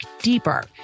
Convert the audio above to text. deeper